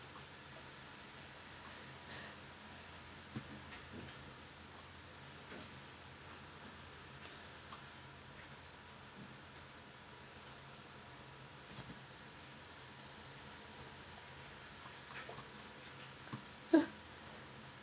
!huh!